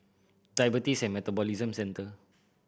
Diabetes and Metabolism Centre